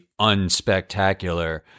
unspectacular